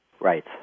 Right